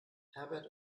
herbert